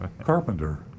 carpenter